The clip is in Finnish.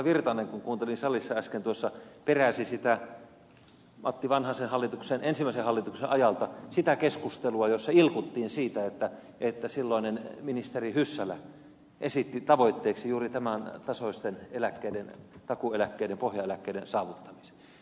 virtanen kun kuuntelin salissa äsken tuossa peräsi sitä matti vanhasen ensimmäisen hallituksen ajalta sitä keskustelua jossa ilkuttiin siitä että silloinen ministeri hyssälä esitti tavoitteeksi juuri tämän tasoisten eläkkeiden takuueläkkeiden pohjaeläkkeiden saavuttamisen